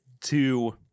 two